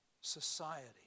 society